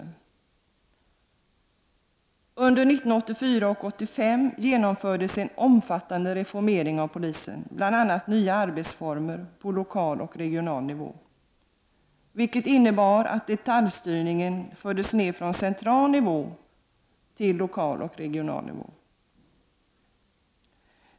Under 1984 och 1985 genomfördes en omfattande reformering av polisen, gällande bl.a. nya arbetsformer på lokal och regional nivå. Detta innebar att detaljstyrningen fördes ned från central nivå till lokal och regional nivå.